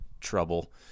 trouble